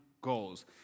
goals